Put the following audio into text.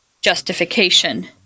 justification